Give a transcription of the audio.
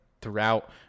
throughout